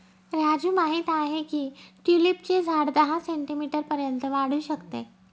राजू माहित आहे की ट्यूलिपचे झाड दहा सेंटीमीटर पर्यंत वाढू शकते